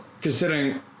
considering